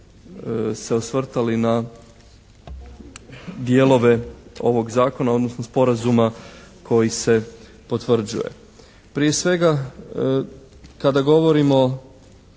se osvrtali na dijelove ovog zakona odnosno sporazuma koji se potvrđuje. Prije svega kada govorimo